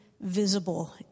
visible